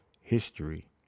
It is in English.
history